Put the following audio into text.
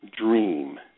dream